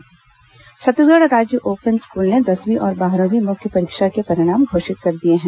open school परिणाम छत्तीसगढ़ राज्य open school ने दसवीं और बारहवीं मुख्य परीक्षा के परिणाम घोषित कर दिए हैं